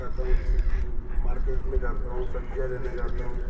जाता हूँ जैसे कि मार्केट जाता हूँ सब्जियां लेने जाता हूँ